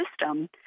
system